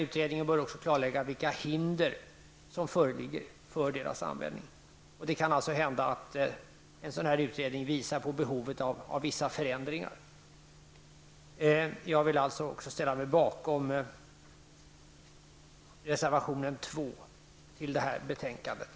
Utredningen bör också klargöra vilka hinder för deras användning som föreligger. Det kan hända att en sådan utredning visar på behov av vissa förändringar. Jag vill även ställa mig bakom reservation 2 till betänkandet.